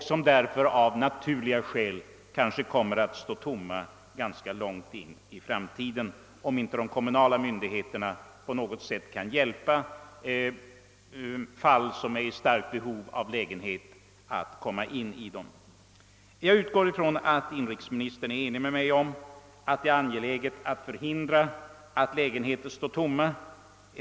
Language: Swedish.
Dessa villor kommer av naturliga skäl att stå tomma under mycket lång tid framöver, om inte de kommunala myndigheterna på något sätt kan hjälpa bostadssökande, som är i starkt behov av lägenheter, att komma in i villor av detta slag. Jag utgår från att inrikesministern är ense med mig om att det är angeläget att förhindra att lägenheter står tomma.